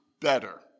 better